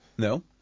No